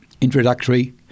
introductory